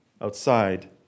outside